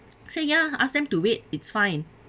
say ya ask them to wait it's fine